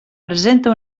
presenta